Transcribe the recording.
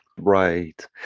Right